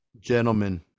gentlemen